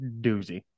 doozy